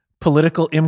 political